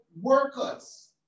Workers